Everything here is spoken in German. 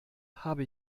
habe